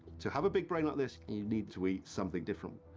to have a big brain like this, you need to eat something different,